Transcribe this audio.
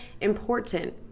important